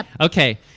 okay